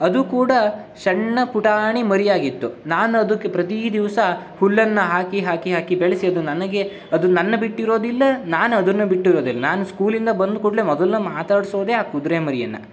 ಅದೂ ಕೂಡ ಸಣ್ಣ ಪುಟಾಣಿ ಮರಿಯಾಗಿತ್ತು ನಾನು ಅದಕ್ಕೆ ಪ್ರತಿ ದಿವಸ ಹುಲ್ಲನ್ನು ಹಾಕಿ ಹಾಕಿ ಹಾಕಿ ಬೆಳೆಸಿ ಅದು ನನಗೆ ಅದು ನನ್ನ ಬಿಟ್ಟಿರೋದಿಲ್ಲ ನಾನು ಅದನ್ನ ಬಿಟ್ಟಿರೋದಿಲ್ಲ ನಾನು ಸ್ಕೂಲಿಂದ ಬಂದ ಕೂಡಲೆ ಮೊದಲು ನಾನು ಮಾತಾಡಿಸೋದೇ ಆ ಕುದುರೆ ಮರಿಯನ್ನು